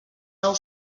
nou